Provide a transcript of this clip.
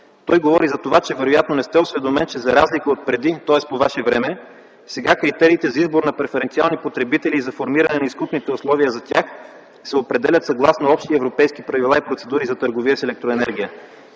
Той говори за това, че вероятно не сте осведомен, че за разлика отпреди, тоест по ваше време, сега критериите за избор на преференциални потребители и за формиране на изкупните условия за тях се определят съгласно Общи европейски правила и процедури за търговия с електроенергия.